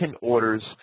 orders